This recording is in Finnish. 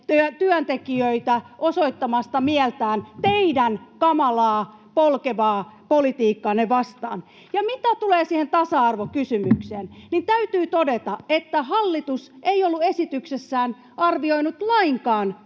työntekijöitä osoittamasta mieltään teidän kamalaa polkevaa politiikkaanne vastaan. Ja mitä tulee siihen tasa-arvokysymykseen, niin täytyy todeta, että hallitus ei ollut esityksessään arvioinut lainkaan